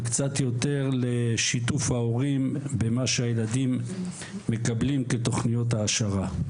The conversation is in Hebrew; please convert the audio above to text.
וקצת יותר לשיתוף ההורים במה שהילדים מקבלים בתוכניות העשרה.